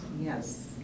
yes